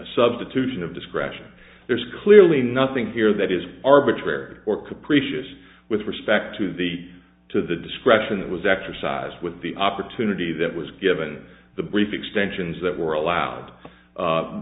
substitution of discretion there's clearly nothing here that is arbitrary or capricious with respect to the to the discretion that was exercised with the opportunity that was given the brief extensions that were allowed